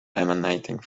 emanating